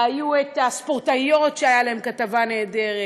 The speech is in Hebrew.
והיו הספורטאיות, שהייתה עליהן כתבה נהדרת,